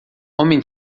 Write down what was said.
homem